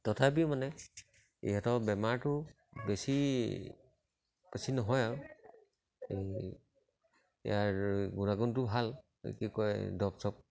তথাপিও মানে ইহঁতৰ বেমাৰটো বেছি বেছি নহয় আৰু এই ইয়াৰ গুণাগুণটো ভাল কি কয় দৰৱ চৰৱ